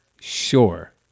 sure